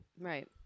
Right